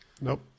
Nope